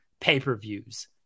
pay-per-views